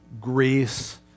Greece